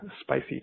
spicy